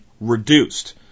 reduced